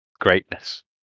greatness